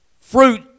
fruit